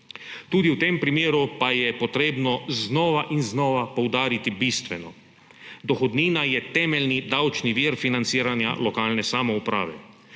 Tudi v tem primeru pa je potrebno znova in znova poudariti bistveno: dohodnina je temeljni davčni vir financiranja lokalne samouprave.